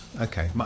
Okay